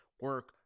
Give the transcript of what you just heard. Work